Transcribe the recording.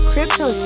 Crypto